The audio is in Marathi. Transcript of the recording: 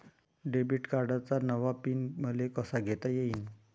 डेबिट कार्डचा नवा पिन मले कसा घेता येईन?